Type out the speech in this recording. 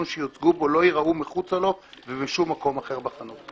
שיוצגו בו לא ייראו מחוצה לו ומשום מקום אחר בחנות.